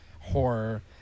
horror